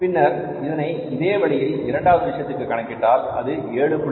பின்னர் இதனை இதே வழியில் இரண்டாவது விஷயத்திற்கு கணக்கிட்டால் அது 7